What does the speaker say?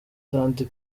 thandi